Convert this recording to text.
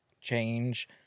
change